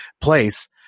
place